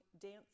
Dance